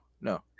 no